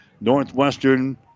Northwestern